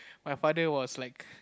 my father was like